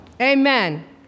Amen